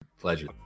pleasure